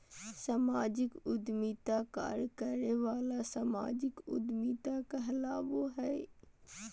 सामाजिक उद्यमिता कार्य करे वाला सामाजिक उद्यमी कहलाबो हइ